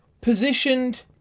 positioned